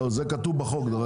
זה כתוב בחוק.